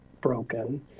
broken